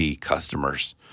customers